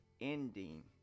ending